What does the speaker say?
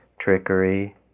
trickery